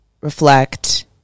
reflect